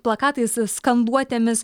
plakatais ir skanduotėmis